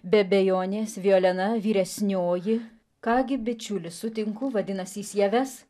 be abejonės violena vyresnioji ką gi bičiuli sutinku vadinas jis ją ves